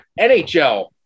NHL